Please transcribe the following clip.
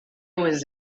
was